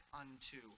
unto